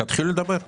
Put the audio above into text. תתחיל לדבר אתו.